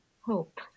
hope